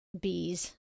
Bees